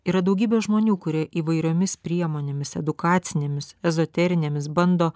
yra daugybė žmonių kurie įvairiomis priemonėmis edukacinėmis ezoterinėmis bando